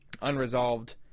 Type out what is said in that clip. unresolved